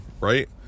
right